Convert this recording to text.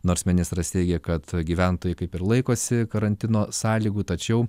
nors ministras teigė kad gyventojai kaip ir laikosi karantino sąlygų tačiau